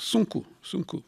sunku sunku